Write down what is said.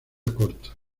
corta